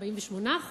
אפילו 48%,